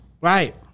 Right